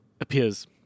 appears